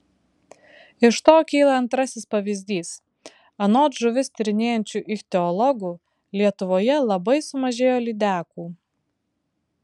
iš to kyla antrasis pavyzdys anot žuvis tyrinėjančių ichtiologų lietuvoje labai sumažėjo lydekų